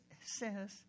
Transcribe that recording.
says